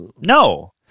no